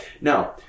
Now